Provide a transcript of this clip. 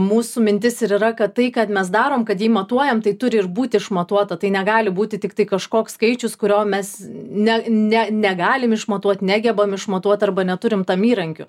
mūsų mintis ir yra kad tai kad mes darom kad jį matuojam tai turi ir būti išmatuota tai negali būti tiktai kažkoks skaičius kurio mes ne ne negalim išmatuot negebam išmatuot arba neturim tam įrankių